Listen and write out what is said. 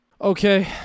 okay